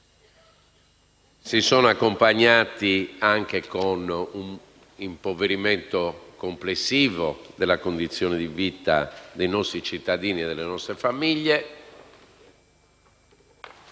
economico nazionale e anche a un impoverimento complessivo della condizione di vita dei nostri cittadini e delle nostre famiglie. Non